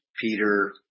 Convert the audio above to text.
Peter